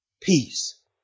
peace